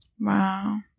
Wow